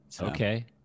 Okay